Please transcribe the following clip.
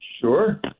Sure